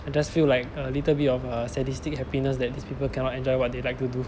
I just feel like a little bit of uh sadistic happiness that these people cannot enjoy what they like to do